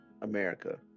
America